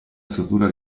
struttura